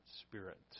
spirit